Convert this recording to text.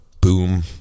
boom